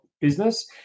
business